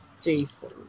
Jason